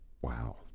wow